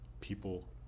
people